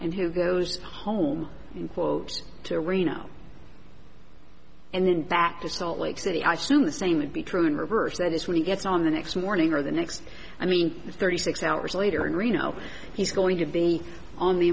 who goes home in quote to reno and then back to salt lake city i soon the same would be true in reverse that is when he gets on the next morning or the next i mean it's thirty six hours later in reno he's going to be on the